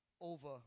over